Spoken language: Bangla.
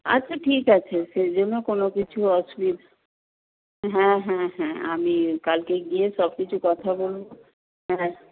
আচ্ছা ঠিক আছে সেই জন্য কোনো কিছু অসুবিধা হ্যাঁ হ্যাঁ হ্যাঁ আমি কালকে গিয়ে সব কিছু কথা বলব হ্যাঁ